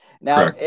Now